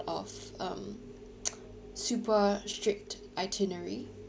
of um super strict itinerary